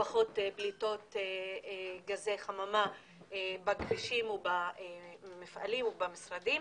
פחות פליטות גזי חממה בכבישים ובמפעלים ובמשרדים.